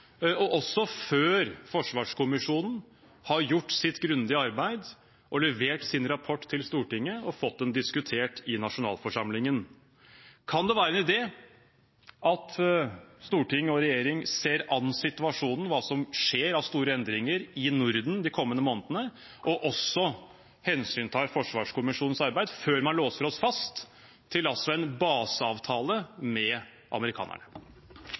og også før forsvarskommisjonen har gjort sitt grundige arbeid, levert sin rapport til Stortinget og fått den diskutert i nasjonalforsamlingen? Kan det være en idé at storting og regjering ser an situasjonen, hva som skjer av store endringer i Norden de kommende månedene, og også hensyntar forsvarskommisjonens arbeid før man låser oss fast til en baseavtale med amerikanerne?